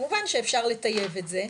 כמובן שאפשר לטייב את זה.